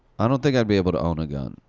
i don't think i'd be able to own a gun.